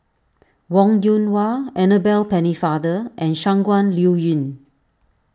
Wong Yoon Wah Annabel Pennefather and Shangguan Liuyun